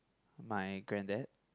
my grand dad